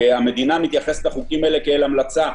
והמדינה מתייחסת אליהם כאל המלצה.